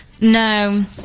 no